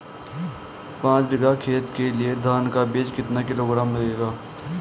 पाँच बीघा खेत के लिये धान का बीज कितना किलोग्राम लगेगा?